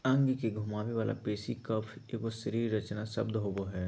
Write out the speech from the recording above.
अंग के घुमावे वाला पेशी कफ एगो शरीर रचना शब्द होबो हइ